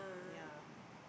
yeah